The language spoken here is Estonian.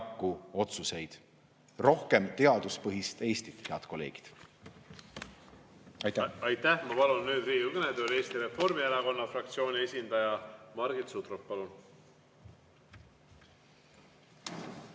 Aitäh! Ma palun nüüd Riigikogu kõnetooli Eesti Reformierakonna fraktsiooni esindaja Margit Sutropi.